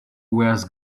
wears